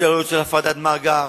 אפשרויות של הפרדת מאגר,